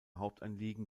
hauptanliegen